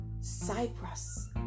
Cyprus